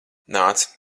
nāc